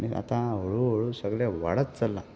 आनी आतां हळू हळू सगळें वाडत चल्लां